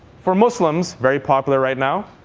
for muslims, very popular right now,